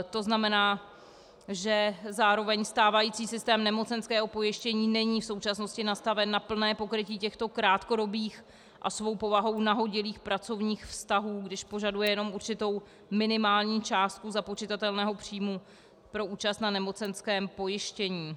To znamená, že zároveň stávající systém nemocenského pojištění není v současnosti nastaven na plné pokrytí těchto krátkodobých a svou povahou nahodilých pracovních vztahů, když požaduje jednom určitou minimální částku započitatelného příjmu pro účast na nemocenském pojištění.